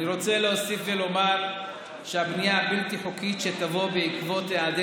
אני רוצה להוסיף ולומר שהבנייה הבלתי-חוקית שתבוא בעקבות היעדר